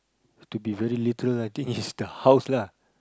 to be very literal I think is the house lah